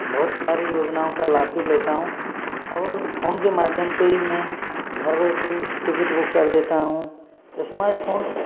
बहुत सारी योजनाओं का लाभ भी लेता हूँ और फोन के माध्यम से ही मैं घर बैठे टिकट बुक कर देता हूँ स्मार्टफ़ोन